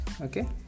Okay